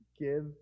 give